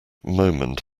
moment